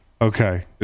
okay